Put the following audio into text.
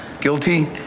Guilty